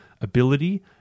ability